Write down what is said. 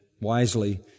wisely